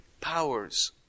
powers